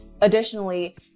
Additionally